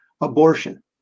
abortion